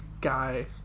guy